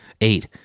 Eight